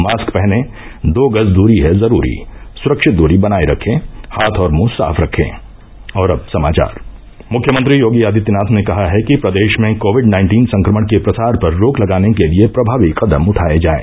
mask पहनें दो गज दूरी है जरूरी सुरक्षित दूरी बनाये रखें हाथ और मुंह साफ रखे मुख्यमंत्री योगी आदित्यनाथ ने कहा है कि प्रदेश में कोविड नाइन्टीन संक्रमण के प्रसार पर रोक लगाने के लिये प्रभावी कदम उठाये जाएं